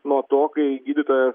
nuo to kai gydytojas